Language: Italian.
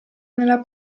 nella